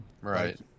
right